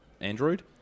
Android